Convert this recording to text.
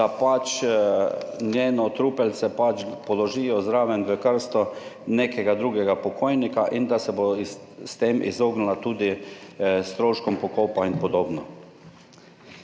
da njeno trupelce položijo zraven v krsto nekega drugega pokojnika, da se bo s tem izognila tudi stroškom pokopa in podobno.